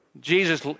Jesus